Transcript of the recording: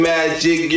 Magic